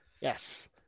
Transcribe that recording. Yes